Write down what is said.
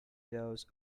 doors